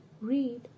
Read